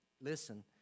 Listen